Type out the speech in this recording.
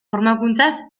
formakuntzaz